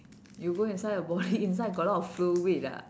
you go inside the body inside got a lot of fluid ah